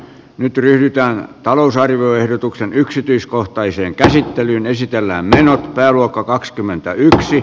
nyt ryhdytään talousarvioehdotuksen yksityiskohtaiseen käsittelyyn esitellään ainoa pääluokka kaksikymmentäyksi